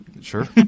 Sure